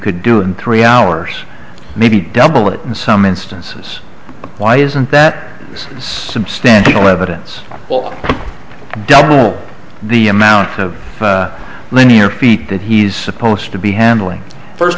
could do in three hours maybe double it and some instances why isn't that substantial evidence will double the amount of linear feet that he's supposed to be handling first